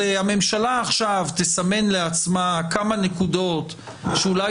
הממשלה עכשיו תסמן לעצמה כמה נקודות שאולי